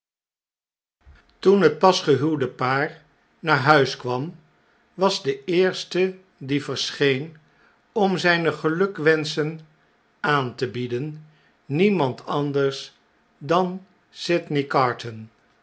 toen het pas gehuwde paar naar huis kwam was de eerste die verscheen om zjjne gelukwenschen aan te bieden niemand anders dan sydney carton